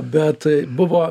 bet buvo